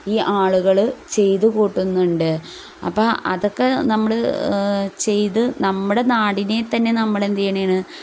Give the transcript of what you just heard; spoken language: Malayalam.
ഈ ആളുകൾ ചെയ്തുകൂട്ടുന്നുണ്ട് അപ്പം അതൊക്കെ നമ്മൾ ചെയ്ത് നമ്മുടെ നാടിനെത്തന്നെ നമ്മളെന്തുചെയ്യണതാണ്